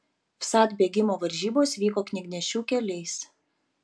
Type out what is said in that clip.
vsat bėgimo varžybos vyko knygnešių keliais